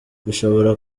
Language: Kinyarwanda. bishobora